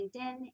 LinkedIn